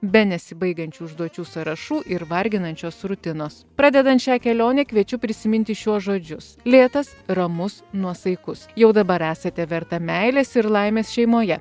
be nesibaigiančių užduočių sąrašų ir varginančios rutinos pradedant šią kelionę kviečiu prisiminti šiuos žodžius lėtas ramus nuosaikus jau dabar esate verta meilės ir laimės šeimoje